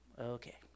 Okay